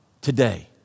today